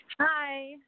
Hi